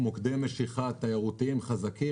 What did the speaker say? כמוקדי משיכה תיירותיים חזקים.